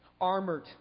Armored